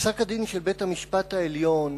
פסק-הדין של בית-המשפט העליון